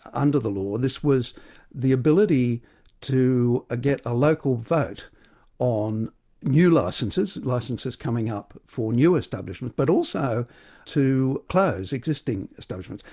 under the law, this was the ability to ah get a local vote on new licenses, licenses coming up for new establishments, but also to close existing establishments,